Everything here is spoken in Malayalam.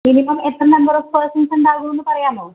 മിനിമം എത്ര നമ്പർ ഓഫ് പേഴ്സൺസ്സുണ്ടാകുമെന്ന് പറയാമോ